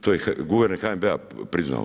To je guverner HNB-a priznao.